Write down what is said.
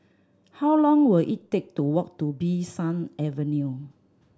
how long will it take to walk to Bee San Avenue